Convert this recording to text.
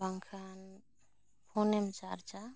ᱵᱟᱝ ᱠᱷᱟᱱ ᱯᱷᱳᱱᱮᱢ ᱪᱟᱨᱡᱟ